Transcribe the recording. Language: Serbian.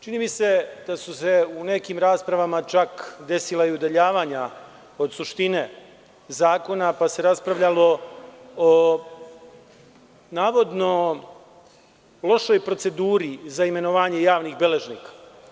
Čini mi se da su se u nekim raspravama čak desila i udaljavanja od suštine zakona, pa se raspravljalo o navodno lošoj proceduri za imenovanje javnih beležaka.